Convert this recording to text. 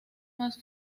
más